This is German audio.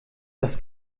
das